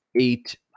eight